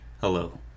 hello